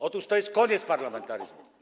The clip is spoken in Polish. Otóż to jest koniec parlamentaryzmu.